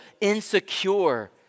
insecure